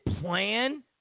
plan